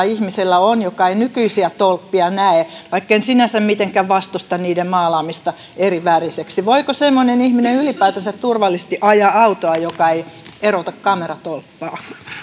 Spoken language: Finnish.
ihmisellä on joka ei nykyisiä tolppia näe vaikka en sinänsä mitenkään vastusta niiden maalaamista erivärisiksi voiko semmoinen ihminen ylipäätänsä turvallisesti ajaa autoa joka ei erota kameratolppaa